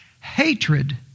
Hatred